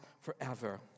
forever